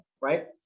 right